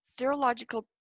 serological